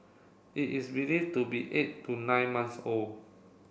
it is believed to be eight to nine months old